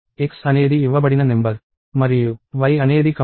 x అనేది ఇవ్వబడిన number మరియు y అనేది కంప్యూటెడ్ నెంబర్